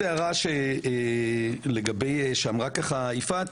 הערה נוספת לגבי מה שאמרה יפעת,